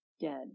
dead